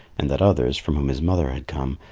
and that others, from whom his mother had come,